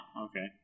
okay